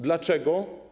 Dlaczego?